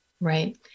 Right